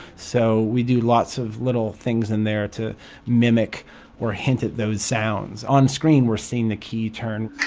so we do lots of little things in there to mimic or hint at those sounds. onscreen, we're seeing the key turn,